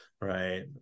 right